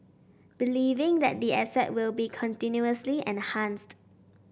believing that the asset will be continuously enhanced